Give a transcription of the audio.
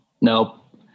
Nope